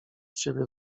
ciebie